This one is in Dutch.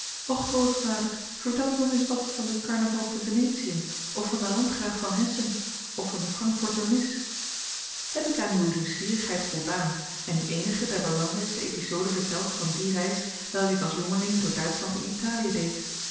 grootvader vertel ons nog eens wat van den carnaval te venetiën of van den landgraaf van hessen of van de frankforter mis heb ik aan uw nieuwsgierigheid voldaan en u eenige der belangrijkste episoden verteld van die reis welke ik als jongeling door duitschland en italiën deed